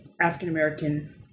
African-American